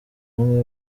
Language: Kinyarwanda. bamwe